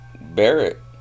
Barrett